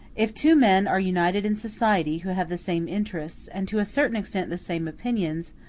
if two men are united in society, who have the same interests, and to a certain extent the same opinions,